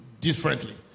differently